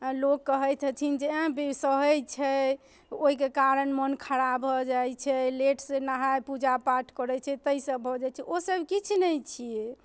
आओर लोक कहै छथिन जे ऐं बे सहै छै ओइके कारण मोन खराब भऽ जाइ छै लेटसँ नहाइ पूजा पाठ करै छै तैसँ भऽ जाइ छै ओसब किछु नहि छियै